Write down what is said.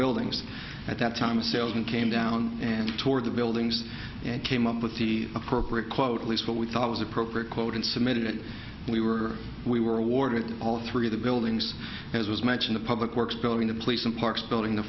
buildings at that time a salesman came down and toward the buildings and came up with the appropriate quote at least what we thought was appropriate cloten submitted it and we were we were awarded all three of the buildings as was mentioned the public works building the place and parks building the